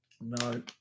No